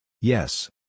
Yes